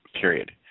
period